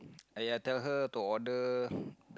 !aiya! tell her to order